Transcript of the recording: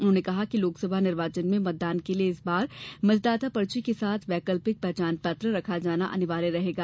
उन्होंने कहा कि लोकसभा निर्वाचन में मतदान के लिये इस बार मतदाता पर्ची के साथ वैकल्पिक पहचान पत्र रखा जाना अनिवार्य रहेगा